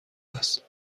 است